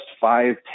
five